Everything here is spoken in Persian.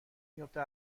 میفته